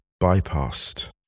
bypassed